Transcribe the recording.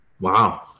Wow